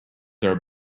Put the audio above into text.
are